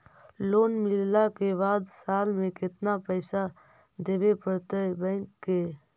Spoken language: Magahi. लोन मिलला के बाद साल में केतना पैसा देबे पड़तै बैक के?